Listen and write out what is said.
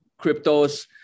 cryptos